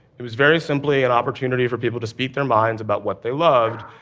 it was very simply an opportunity for people to speak their minds about what they loved,